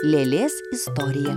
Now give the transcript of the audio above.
lėlės istorija